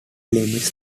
limits